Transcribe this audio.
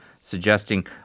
suggesting